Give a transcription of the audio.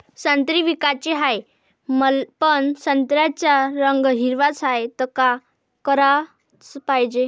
संत्रे विकाचे हाये, पन संत्र्याचा रंग हिरवाच हाये, त का कराच पायजे?